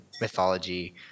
mythology